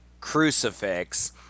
crucifix